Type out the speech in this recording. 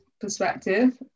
perspective